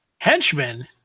Henchmen